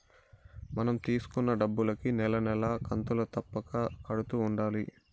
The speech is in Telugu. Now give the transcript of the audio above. మనం తీసుకున్న డబ్బులుకి నెల నెలా కంతులు తప్పక కడుతూ ఉండాలి